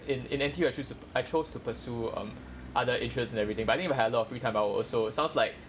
in in N_T_U I choose I chose to pursue um other interests and everything but I think u have a lot of free time I would also sounds like